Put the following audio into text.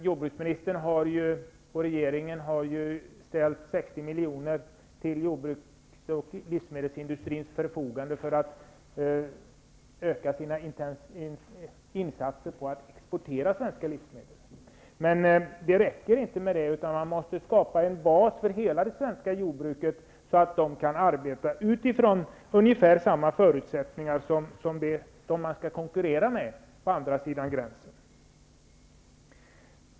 Jordbruksministern och regeringen har ställt 60 miljoner till jordbruks och livsmedelsindustrins förfogande för att de skall öka insatserna på att exportera svenska livsmedel. Men det räcker inte med det, utan vi måste skapa en bas för hela det svenska jordbruket, så att man där kan arbeta utifrån ungefär samma förutsättningar som gäller för dem som man skall konkurrera med på andra sidan gränsen.